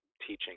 teaching